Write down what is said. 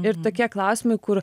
ir tokie klausimai kur